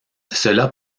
cela